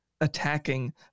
attacking